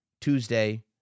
Tuesday